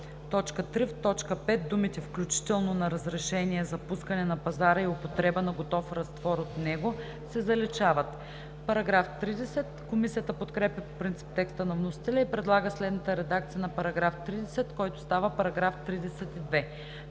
за“. 3. В т. 5 думите „включително на разрешение за пускане на пазара и употреба на готов разтвор от него“ се заличават.“ Комисията подкрепя по принцип текста на вносителя и предлага следната редакция на § 30, който става § 32: „§ 32.